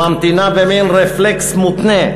שממתינה במין רפלקס מותנה,